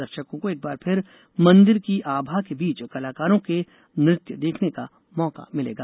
दर्शकों को एक बार फिर मंदिर की आभा के बीच कलाकारों के नृत्य देखने का मौका मिलेगा